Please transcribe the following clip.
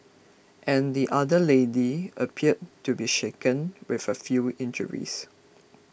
and the other lady appeared to be shaken with a few injuries